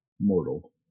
mortal